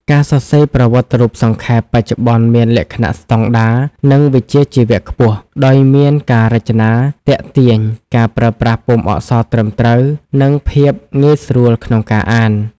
ការសរសេរប្រវត្តិរូបសង្ខេប បច្ចុប្បន្នមានលក្ខណៈស្តង់ដារ និងវិជ្ជាជីវៈខ្ពស់ ដោយមានការរចនាទាក់ទាញ ការប្រើប្រាស់ពុម្ពអក្សរត្រឹមត្រូវ និងភាពងាយស្រួលក្នុងការអាន។